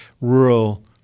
rural